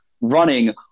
running